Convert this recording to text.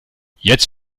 jetzt